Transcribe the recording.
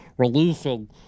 Releasing